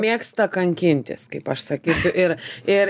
mėgsta kankintis kaip aš sakysiu ir ir